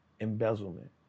embezzlement